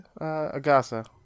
Agasa